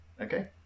Okay